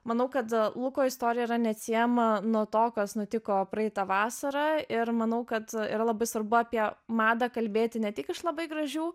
manau kad luko istorija yra neatsiejama nuo to kas nutiko praeitą vasarą ir manau kad labai svarbu apie madą kalbėti ne tik iš labai gražių